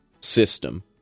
system